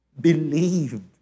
Believed